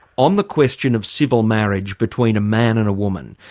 on the question of civil marriage between a man and a woman,